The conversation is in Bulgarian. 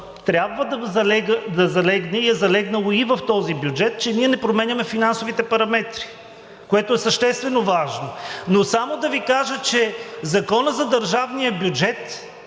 трябва да залегне и е залегнало и в този бюджет – че ние не променяме финансовите параметри, което е съществено важно. Но само да Ви кажа, че в Закона за държавния бюджет,